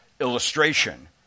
illustration